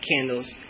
candles